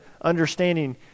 understanding